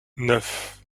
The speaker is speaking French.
neuf